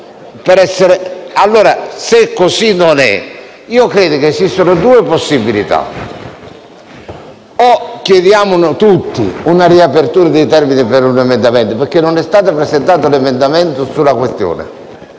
parere. Se così non è, credo esistano due possibilità: o chiediamo tutti una riapertura dei termini per gli emendamenti, perché non è stato presentato un emendamento sulla questione